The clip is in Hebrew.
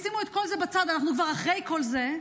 שימו את כל זה בצד, אנחנו כבר אחרי כל זה.